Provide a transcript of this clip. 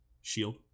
shield